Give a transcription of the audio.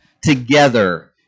together